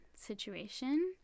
situation